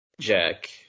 Jack